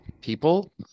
people